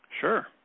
Sure